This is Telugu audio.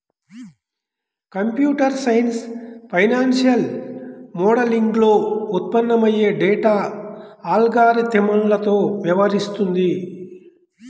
కంప్యూటర్ సైన్స్ ఫైనాన్షియల్ మోడలింగ్లో ఉత్పన్నమయ్యే డేటా అల్గారిథమ్లతో వ్యవహరిస్తుంది